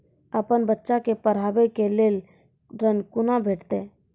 अपन बच्चा के पढाबै के लेल ऋण कुना भेंटते?